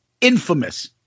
infamous